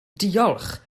diolch